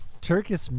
Turkish